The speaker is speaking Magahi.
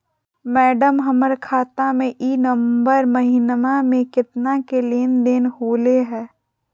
मैडम, हमर खाता में ई नवंबर महीनमा में केतना के लेन देन होले है